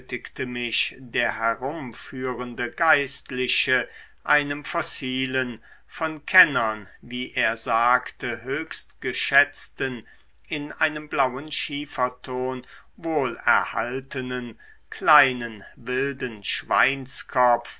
mich der herumführende geistliche einem fossilen von kennern wie er sagte höchst geschätzten in einem blauen schieferton wohl erhaltenen kleinen wilden schweinskopf